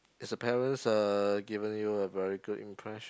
is a parents uh given you a very good impression